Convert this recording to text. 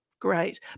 great